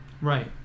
Right